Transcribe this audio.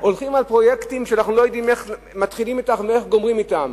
הולכים על פרויקטים שאנחנו לא יודעים איך מתחילים אתם ואיך גומרים אתם.